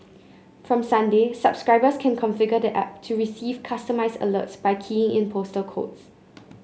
from Sunday subscribers can configure the app to receive customised alerts by keying in postal codes